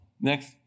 Next